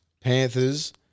panthers